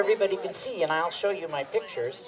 everybody can see and i'll show you my pictures